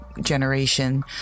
generation